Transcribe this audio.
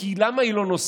כי למה היא לא נוסעת?